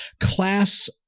class